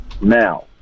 Now